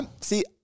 see